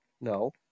no